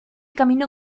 camino